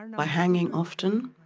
and by hanging often.